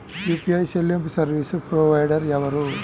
UPI చెల్లింపు service provider ఎవరు?